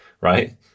right